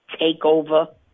takeover